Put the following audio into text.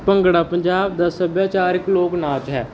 ਭੰਗੜਾ ਪੰਜਾਬ ਦਾ ਸੱਭਿਆਚਾਰਕ ਲੋਕ ਨਾਚ ਹੈ